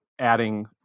adding